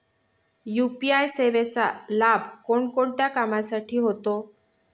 UPI सेवेचा लाभ कोणकोणत्या कामासाठी होतो?